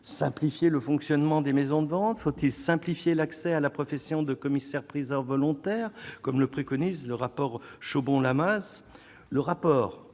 simplifier le fonctionnement des maisons de vente faute simplifier l'accès à la profession de commissaires-priseurs volontaire, comme le préconise le rapport bon la